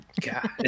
God